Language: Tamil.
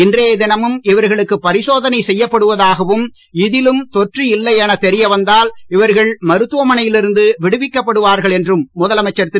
இன்றைய தினமும் இவர்களுக்கு பரிசோதனை செய்யப்படுவதாகவும் இதிலும் தொற்று இல்லை என தெரிய வந்தால் இவர்கள் மருத்துவ மனையில் இருந்து விடுவிக்கப்படுவார்கள் என்றும் முதலமைச்சர் திரு